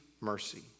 mercy